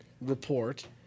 Report